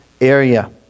area